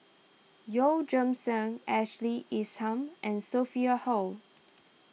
Yeoh Ghim Seng Ashley Isham and Sophia Hull